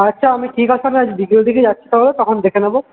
আচ্ছা আমি বিকেল দিকে যাচ্ছি তাহলে তখন দেখে নেব